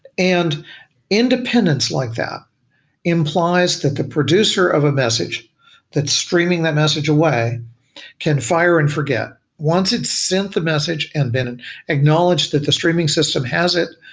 and independence like that implies that the producer of a message that streaming that message away can fire and forget once it sent the message and then and acknowledge that the streaming system has it,